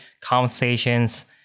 conversations